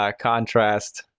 ah contrast,